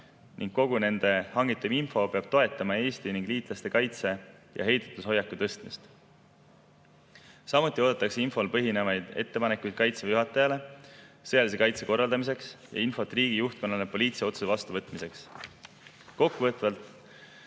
ning kogu nende hangitav info peab toetama Eesti ning liitlaste kaitse‑ ja heidutushoiaku tugevdamist. Samuti oodatakse infol põhinevaid ettepanekuid Kaitseväe juhatajale sõjalise kaitse korraldamiseks ja infot riigi juhtkonnale poliitilise otsuse vastuvõtmiseks. Kokkuvõtvalt